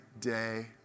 day